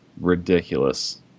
ridiculous